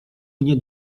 mnie